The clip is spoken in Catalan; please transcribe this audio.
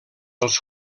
els